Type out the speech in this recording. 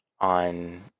on